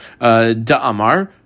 Da'amar